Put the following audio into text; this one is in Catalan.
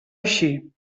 així